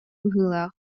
быһыылаах